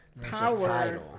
power